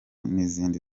n’izindi